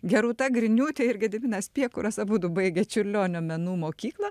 geruta griniūtė ir gediminas piekuras abudu baigę čiurlionio menų mokyklą